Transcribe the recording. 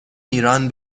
ایران